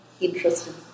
interested